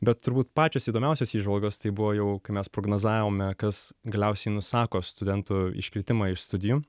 bet turbūt pačios įdomiausios įžvalgos tai buvo jau kai mes prognozavome kas galiausiai nusako studentų iškritimą iš studijų